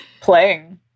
playing